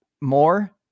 more